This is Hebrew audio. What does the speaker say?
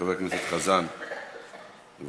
חבר הכנסת חזן, בבקשה.